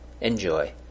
enjoy